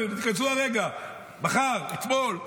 תיכנסו הרגע, מחר, אתמול.